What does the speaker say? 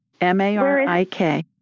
M-A-R-I-K